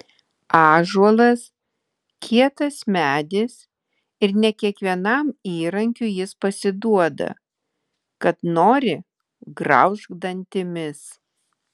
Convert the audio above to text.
ąžuolas kietas medis ir ne kiekvienam įrankiui jis pasiduoda kad nori graužk dantimis